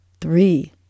three